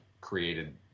created